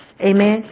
Amen